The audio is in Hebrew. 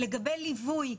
לגבי ליווי,